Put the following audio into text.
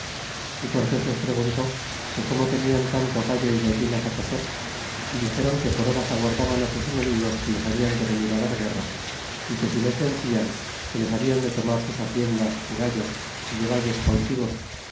é cortés les preguntó que cómo tenían tanto gallo y gallinas cocer y dixeron que por horas aguardaban sus enemigos que les habían de venir dar guerra é que si les vencian que les hablan de tomar sus haciendas y gallos y llevalles cautivos